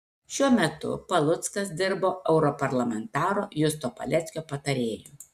šiuo metu paluckas dirbo europarlamentaro justo paleckio patarėju